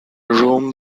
room